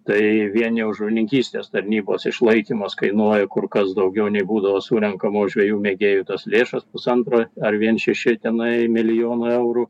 tai vien jau žuvininkystės tarnybos išlaikymas kainuoja kur kas daugiau nei būdavo surenkamos žvejų mėgėjų tos lėšos pusantro ar vien šeši tenai milijono eurų